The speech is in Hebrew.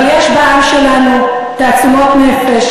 אבל יש בעם שלנו תעצומות נפש,